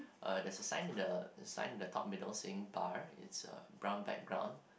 uh there's a sign in the a sign in the top middle saying bar it's a brown background